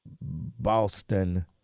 Boston